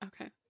Okay